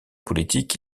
politique